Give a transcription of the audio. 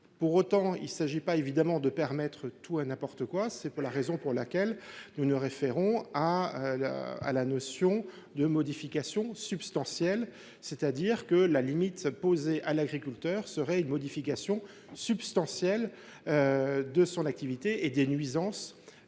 Pour autant, il ne s’agit évidemment pas de permettre tout et n’importe quoi. C’est la raison pour laquelle nous nous référons à la notion de « modification substantielle »: la limite posée à l’agriculteur serait une modification substantielle de son activité et des nuisances